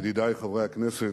ידידי חברי הכנסת,